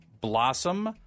Blossom